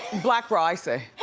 black bra, i see.